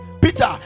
Peter